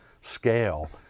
scale